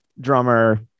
drummer